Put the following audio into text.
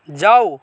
जाऊ